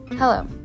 Hello